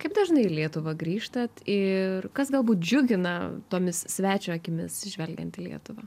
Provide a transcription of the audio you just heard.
kaip dažnai į lietuvą grįžtat ir kas galbūt džiugina tomis svečio akimis žvelgiant į lietuvą